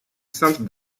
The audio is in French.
centres